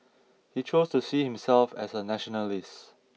he chose to see himself as a nationalist